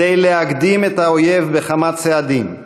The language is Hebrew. כדי להקדים את האויב בכמה צעדים,